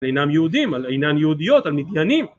אינם יהודים, אינן יהודיות, המדיינים